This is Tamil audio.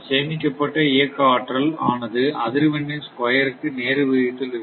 சேமிக்கப்பட்ட இயக்க ஆற்றல் ஆனது அதிர்வெண்ணின் ஸ்கொயர் க்கு நேர் விகிதத்தில் இருக்கும்